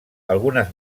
algunes